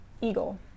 eagle